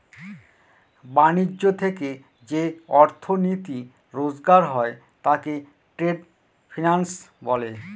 ব্যাণিজ্য থেকে যে অর্থনীতি রোজগার হয় তাকে ট্রেড ফিন্যান্স বলে